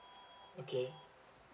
okay